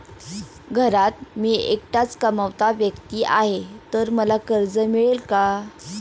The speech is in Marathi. घरात मी एकटाच कमावता व्यक्ती आहे तर मला कर्ज मिळेल का?